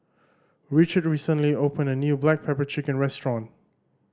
Richard recently opened a new black pepper chicken restaurant